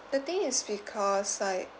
the thing is because like